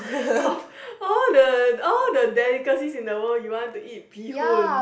all the all the delicacies in the world you want to eat bee hoon